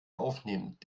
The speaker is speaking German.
aufnehmt